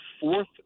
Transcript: fourth